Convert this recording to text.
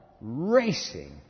racing